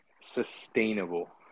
sustainable